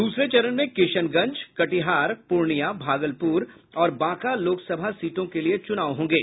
दूसरे चरण में किशनगंज कटिहार पूर्णिया भागलपुर और बांका लोकसभा सीटों के लिए चुनाव होंगे